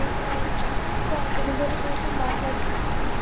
నేను చెప్పులు కొనుగోలు కోసం మాట్లాడుతున్నాను